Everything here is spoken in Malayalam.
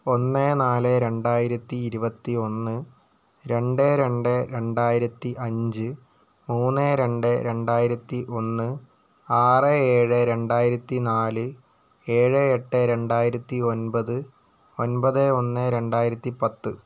ഒന്ന് നാല് രണ്ടായിരത്തിയിരുപത്തി ഒന്ന് രണ്ട് രണ്ട് രണ്ടായിരത്തി അഞ്ച് മൂന്ന് രണ്ട് രണ്ടായിരത്തി ഒന്ന് ആറ് ഏഴ് രണ്ടായിരത്തിനാല് ഏഴ് എട്ട് രണ്ടായിരത്തി ഒൻപത് ഒൻപത് ഒന്ന് രണ്ടായിരത്തിപ്പത്ത്